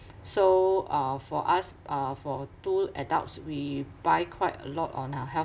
so uh for us uh for two adults we buy quite a lot on uh health